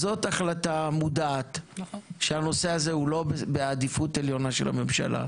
זאת החלטה מודעת שהנושא הזה הוא לא בעדיפות עליונה של הממשלה,